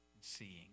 seeing